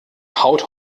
haut